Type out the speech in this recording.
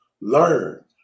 Learn